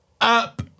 up